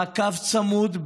מעקב צמוד,